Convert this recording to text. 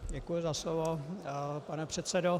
Děkuji za slovo, pane předsedo.